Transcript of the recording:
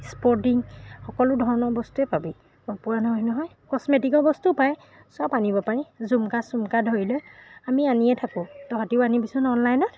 sporting সকলো ধৰণৰ বস্তুৱে পাবি নোপোৱা নহয় নহয় কচমেটিক্চৰ বস্তু পায় চব আনিব পাৰি জুমকা চুমকা ধৰি লৈ আমি আনিয়ে থাকোঁ তহঁতিও আনিবিচোন অনলাইনত